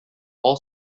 all